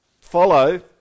follow